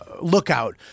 Lookout